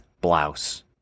blouse